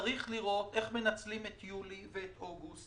צריך לראות איך מנצלים את יולי ואת אוגוסט